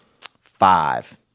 five